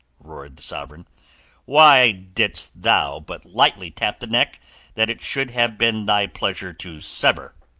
roared the sovereign why didst thou but lightly tap the neck that it should have been thy pleasure to sever?